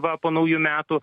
va po naujų metų